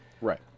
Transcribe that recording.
Right